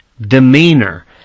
demeanor